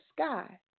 sky